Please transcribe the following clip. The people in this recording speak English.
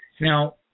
Now –